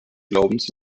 glaubens